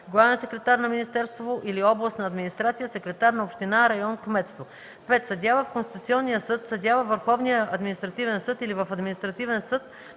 главен секретар на министерство или областна администрация, секретар на община, район, кметство; 5. съдия в Конституционния съд, съдия във Върховния административен съд или в административен съд,